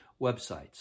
websites